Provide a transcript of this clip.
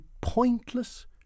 pointless